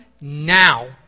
now